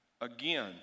Again